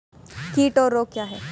कीट और रोग क्या हैं?